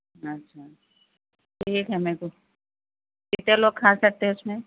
اچّھا ٹھیک ہے میرے کو کتنے لوگ کھا سکتے اس میں